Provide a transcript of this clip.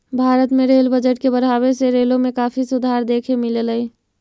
भारत में rail budget के बढ़ावे से रेलों में काफी सुधार देखे मिललई